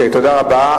תודה רבה.